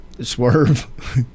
Swerve